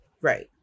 Right